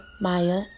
Maya